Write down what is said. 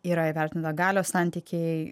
yra įvertinta galios santykiai